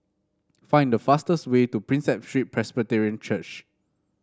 find the fastest way to Prinsep Street Presbyterian Church